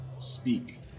speak